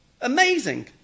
Amazing